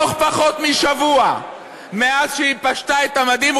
בתוך פחות משבוע מאז פשטה את המדים,